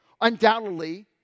Undoubtedly